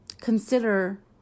consider